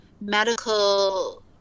medical